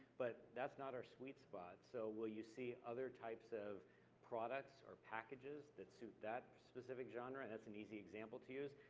but that's not our sweet spot, so will you see other types of products or packages that suit that specific genere, and that's an easy example to use.